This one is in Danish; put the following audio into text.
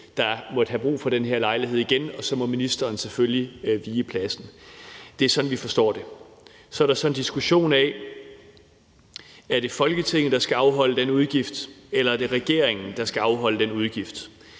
der måtte have brug for den her lejlighed igen. Så må ministeren selvfølgelig vige pladsen. Det er sådan, vi forstår det. Så er der så en diskussion af, om det er Folketinget, der skal afholde den udgift, eller om det er regeringen, der skal afholde den udgift.